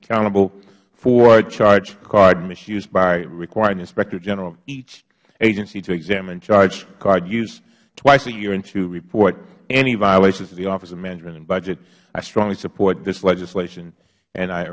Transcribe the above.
accountable for charge card mis use by requiring the inspector general of each agency to examine charge card use twice a year and to report any violations to the office of management and budget i strongly support this legislation and i